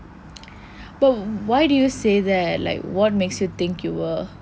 but why do you say that like what makes you think you were